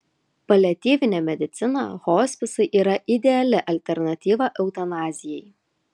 paliatyvinė medicina hospisai yra ideali alternatyva eutanazijai